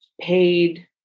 paid